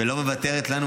ולא מוותרת לנו,